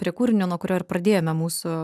prie kūrinio nuo kurio ir pradėjome mūsų